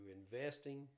investing